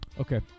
Okay